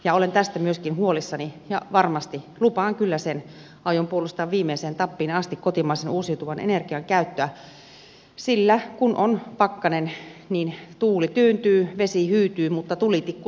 ja olen tästä myöskin huolissani ja varmasti lupaan kyllä sen että aion puolustaa viimeiseen tappiin asti kotimaisen uusiutuvan energian käyttöä sillä kun on pakkanen niin tuuli tyyntyy vesi hyytyy mutta tulitikku syttyy edelleenkin